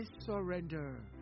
surrender